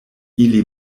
ili